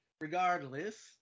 regardless